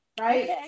right